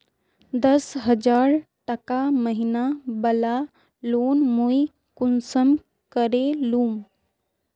दस हजार टका महीना बला लोन मुई कुंसम करे लूम?